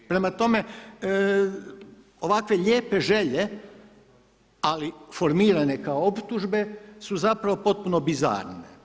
Prema tome, ovakve lijepe želje ali formirane kao optužbe su zapravo potpuno bizarne.